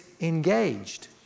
engaged